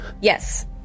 yes